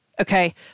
Okay